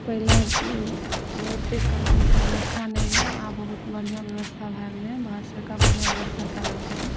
पहिले बहुते कम ईसब बेबस्था नहि रहै आब बहुत बढ़िआँ बेबस्था भऽ गेलै भारत सरकार बढ़िआँ बेबस्था कऽ देलकै हँ